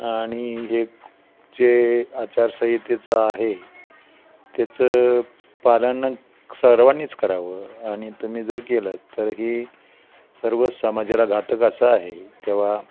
आणि हे जे आचारसंहितेचं आहे त्याचं पालन सर्वांनीच करावं आणि तुम्ही जर केलं तर ही सर्व समाजाला घातक असं आहे तेव्हा